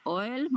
oil